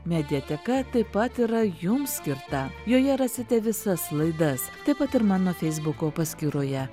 mediateka taip pat yra jums skirta joje rasite visas laidas taip pat ir mano feisbuko paskyroje